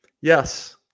Yes